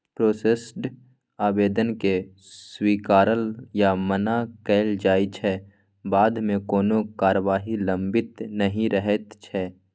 processed आबेदनकेँ स्वीकारल या मना कएल जाइ छै बादमे कोनो कारबाही लंबित नहि रहैत छै